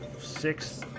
six